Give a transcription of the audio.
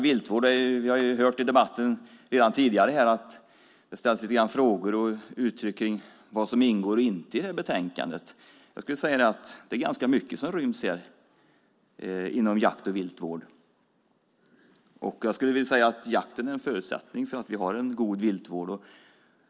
Vi har tidigare i debatten hört frågor och uttalanden om vad som ingår och inte ingår i betänkandet. Jag skulle vilja säga att det är ganska mycket som ryms inom jakt och viltvård. Jakten är en förutsättning för en god viltvård.